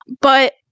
but-